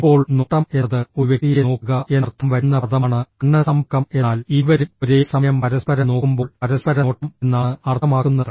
ഇപ്പോൾ നോട്ടം എന്നത് ഒരു വ്യക്തിയെ നോക്കുക എന്നർത്ഥം വരുന്ന പദമാണ് കണ്ണ് സമ്പർക്കം എന്നാൽ ഇരുവരും ഒരേ സമയം പരസ്പരം നോക്കുമ്പോൾ പരസ്പര നോട്ടം എന്നാണ് അർത്ഥമാക്കുന്നത്